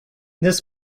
this